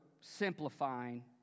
simplifying